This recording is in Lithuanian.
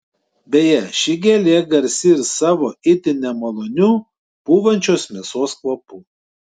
beje ši gėlė garsi ir savo itin nemaloniu pūvančios mėsos kvapu